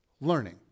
learning